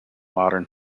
modern